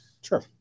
Sure